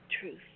truth